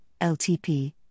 LTP